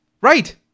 right